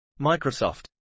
Microsoft